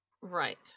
right